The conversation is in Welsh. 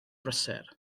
brysur